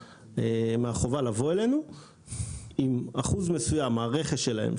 מהחובה לבוא אלינו עם אחוז מסוים מהרכש שלהם,